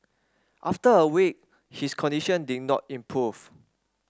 after a week his condition did not improve